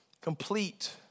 complete